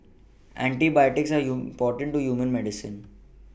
antibiotics are important to human medicine